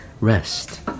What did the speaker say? Rest